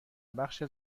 بخش